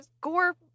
gore